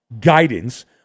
guidance